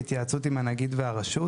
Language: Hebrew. בהתייעצות עם הנגיד והרשות,